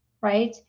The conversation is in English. right